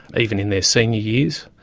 even in their senior years.